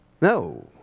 No